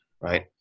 right